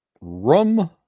Rum